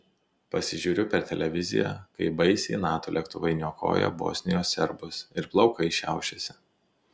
pasižiūriu per televiziją kaip baisiai nato lėktuvai niokoja bosnijos serbus ir plaukai šiaušiasi